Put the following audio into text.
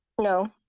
No